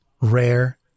rare